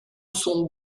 son